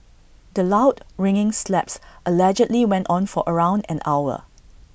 the loud ringing slaps allegedly went on for around an hour